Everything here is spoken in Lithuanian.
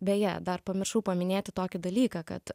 beje dar pamiršau paminėti tokį dalyką kad